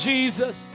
Jesus